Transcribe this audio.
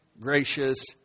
gracious